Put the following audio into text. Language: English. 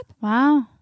Wow